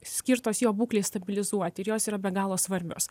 skirtos jo būklei stabilizuoti ir jos yra be galo svarbios